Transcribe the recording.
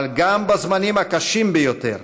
אבל גם בזמנים הקשים ביותר,